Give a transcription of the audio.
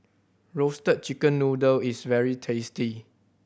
Roasted Chicken Noodle is very tasty